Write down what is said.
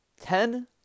Ten